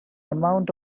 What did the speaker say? amount